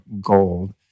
gold